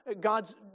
God's